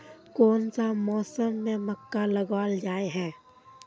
कोन सा मौसम में मक्का लगावल जाय है?